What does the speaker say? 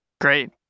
Great